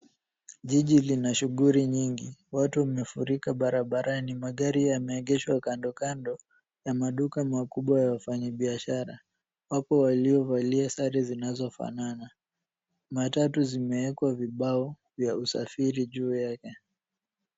Jiji lina shughuli nyingi. Watu mmefurika barabarani. Magari yameegeshwa kando kando ya maduka makubwa ya wafanyabiashara. Wapo waliovalia sare zinazofanana. Matatu zimeekwa vibao vya usafiri juu yake.